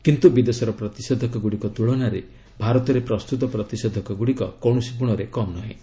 କିନ୍ତୁ ବିଦେଶର ପ୍ରତିଷେଧକଗୁଡ଼ିକ ତୁଳନାରେ ଭାରତରେ ପ୍ରସ୍ତୁତ ପ୍ରତିଷେଧକଗୁଡ଼ିକ କୌଣସି ଗୁଶରେ କମ୍ ନୁହେଁ